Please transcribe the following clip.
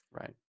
Right